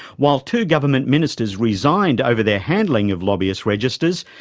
while two government ministers resigned over their handling of lobbying registers,